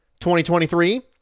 2023